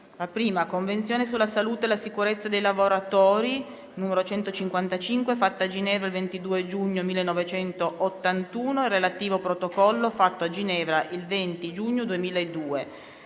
a) Convenzione sulla salute e la sicurezza dei lavoratori, n. 155, fatta a Ginevra il 22 giugno 1981, e relativo Protocollo, fatto a Ginevra il 20 giugno 2002;